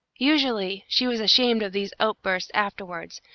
usually she was ashamed of these outbursts afterwards,